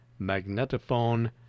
Magnetophone